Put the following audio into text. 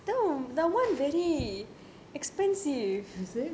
is it